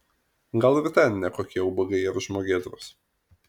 gal ir ten ne kokie ubagai ar žmogėdros